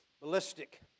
ballistic